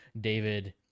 David